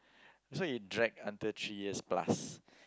so it drag until three years plus